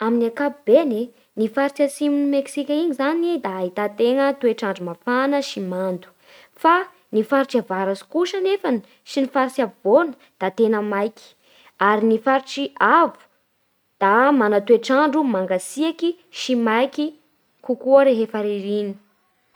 Amin'ny ankapobeny ny faritsy atsimon'ny Meksika iny zany da ahità tena toetr'andro mafana sy mando. Fa ny faritsy avaratsy kosa anefany sy ny faritsy avofoany da tena maiky. Ary ny faritsy avo da mana toetr'andro mangatsiaky sy maiky kokoa rehefa ririny.